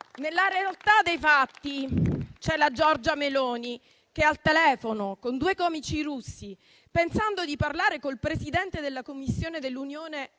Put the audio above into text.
Nella realtà dei fatti c'è la Giorgia Meloni che, al telefono con due comici russi, pensando di parlare con il presidente della Commissione africana Moussa